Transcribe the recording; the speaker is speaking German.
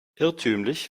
irrtümlich